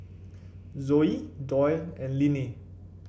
Zoie Doyle and Linnie